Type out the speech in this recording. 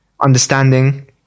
Understanding